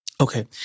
Okay